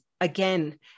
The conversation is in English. again